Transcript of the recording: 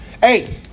Hey